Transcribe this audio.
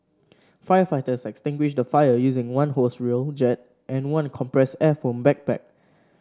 firefighters extinguished the fire using one hose reel jet and one compressed air foam backpack